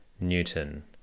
Newton